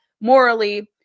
morally